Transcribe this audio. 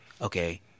okay